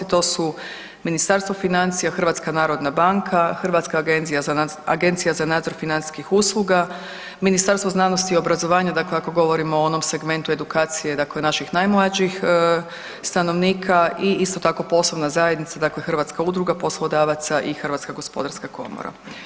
To su Ministarstvo financija, HNB, Hrvatska agencija za nadzor financijskih usluga, Ministarstvo znanosti i obrazovanja dakle ako govorimo o onom segmentu edukacije dakle naših najmlađih stanovnika i isto tako posebna zajednica dakle Hrvatska udruga poslodavaca i Hrvatska gospodarska komora.